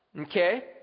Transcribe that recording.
okay